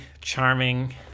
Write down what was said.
charming